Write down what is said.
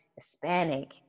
Hispanic